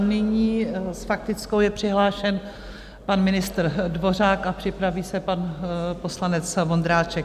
Nyní s faktickou je přihlášen pan ministr Dvořák a připraví se pan poslanec Vondráček.